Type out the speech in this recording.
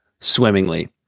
swimmingly